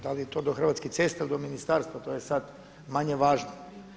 Da li je to do Hrvatskih cesta ili do ministarstva, to je sada manje važno.